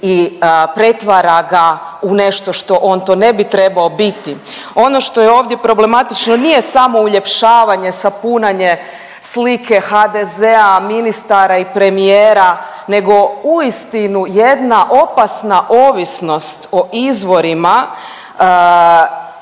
i pretvara ga u nešto što on to ne bi trebao biti. Ono što je ovdje problematično nije samo uljepšavanje, sapunjanje slike HDZ-a, ministara i premijera nego uistinu jedna opasna ovisnost o izvorima